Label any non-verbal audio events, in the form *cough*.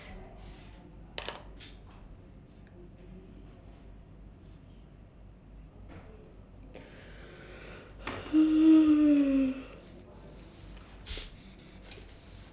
*noise*